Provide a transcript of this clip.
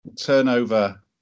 turnover